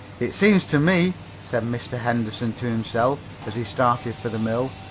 it seems to me, said mr. henderson to himself, as he started for the mill,